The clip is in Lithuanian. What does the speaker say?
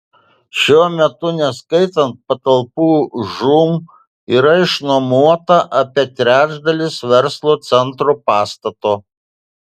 šiuo metu neskaitant patalpų žūm yra išnuomota apie trečdalis verslo centro pastato